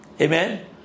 Amen